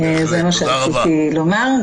זה מה שרציתי לומר,